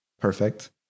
perfect